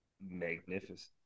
magnificent